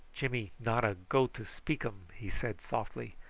jimmy not a go to speak um, he said softly.